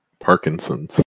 Parkinsons